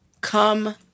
come